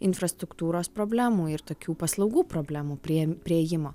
infrastruktūros problemų ir tokių paslaugų problemų priėm priėjimo